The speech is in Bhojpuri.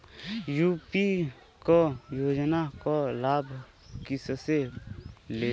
यू.पी क योजना क लाभ कइसे लेब?